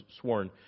sworn